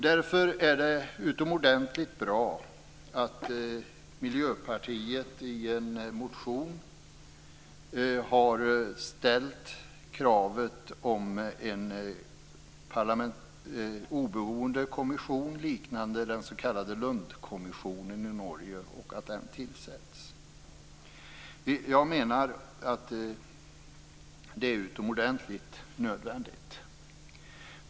Därför är det utomordentligt bra att Miljöpartiet har väckt en motion och ställt kravet om att en oberoende kommission liknande den s.k. Lundkommissionen i Norge skall tillsättas. Jag menar att det är nödvändigt.